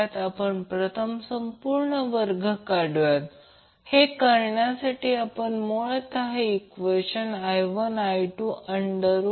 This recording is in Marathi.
म्हणून जर ही अट तेथे असेल याचा अर्थ √ अंतर्गत 2 √ निगेटिव्ह आहे मग हा प्रश्न आहे की L चे कोणतेही मूल्य सर्किटला रेसोनेट करनार नाही